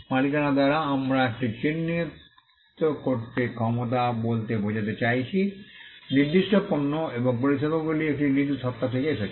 মালিকানা দ্বারা আমরা এটি চিহ্নিত করার ক্ষমতা বলতে বোঝাতে চাইছি নির্দিষ্ট পণ্য এবং পরিষেবাগুলি একটি নির্দিষ্ট সত্তা থেকে এসেছে